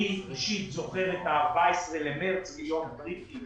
אני אישית זוכר את ה-14 במארס כיום קריטי.